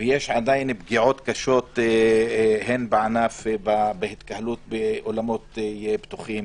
יש עדיין פגיעות קשות הן בהתקהלות באולמות פתוחים